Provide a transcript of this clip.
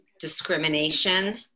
discrimination